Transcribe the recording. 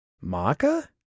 Maka